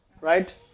right